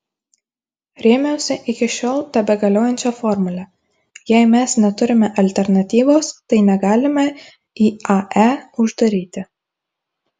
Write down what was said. rėmiausi iki šiol tebegaliojančia formule jei mes neturime alternatyvos tai negalime iae uždaryti